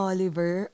Oliver